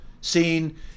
seen